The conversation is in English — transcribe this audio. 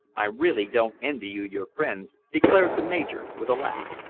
i really don't envy you your friends, declared the major with a laugh.